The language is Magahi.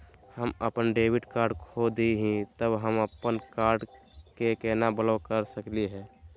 हम अपन डेबिट कार्ड खो दे ही, त हम अप्पन कार्ड के केना ब्लॉक कर सकली हे?